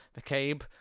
McCabe